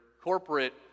corporate